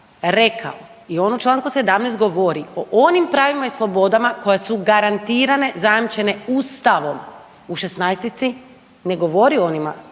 rekao i on u čl. 17. govori o onim pravima i slobodama koja su garantirane i zajamčene ustavom, u 16-ici ne govori o onima